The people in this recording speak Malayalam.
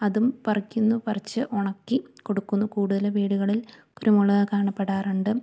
അതും പറിക്കുന്നു പറിച്ച് ഉണക്കി കൊടുക്കുന്നു കൂടുതല് വീടുകളിൽ കുരുമുളക് കാണപ്പെടാറുണ്ട്